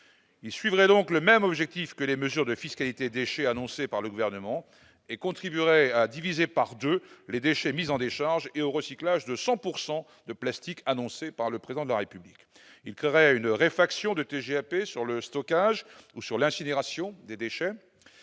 suivra donc le même objectif que les mesures de fiscalité déchets annoncé par le gouvernement et contribuerait à diviser par 2 les déchets mis en décharge et au recyclage de 100 pourcent de plastique, annoncé par le président de la République, il créerait une réflexion de TGAP sur le stockage ou sur l'incinération des déchets